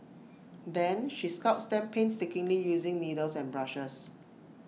then she sculpts them painstakingly using needles and brushes